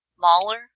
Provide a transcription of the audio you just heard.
Mahler